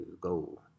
go